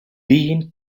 been